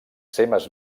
seves